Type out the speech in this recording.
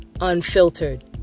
unfiltered